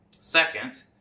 Second